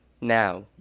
now